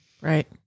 Right